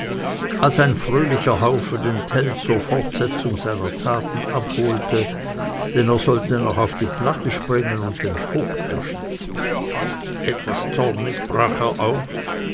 als ein fröhlicher haufe den tell zur fortsetzung seiner taten abholte denn er sollte noch auf die platte springen und den vogt erschießen etwas zornig brach er auf